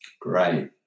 Great